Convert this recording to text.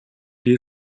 die